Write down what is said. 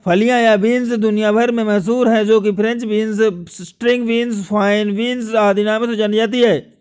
फलियां या बींस दुनिया भर में मशहूर है जो कि French beans, string beans, fine beans आदि नामों से जानी जाती है